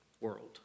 world